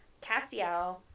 Castiel